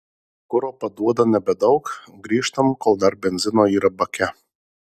kuro paduoda nebedaug grįžtam kol dar benzino yra bake